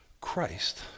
Christ